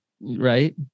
right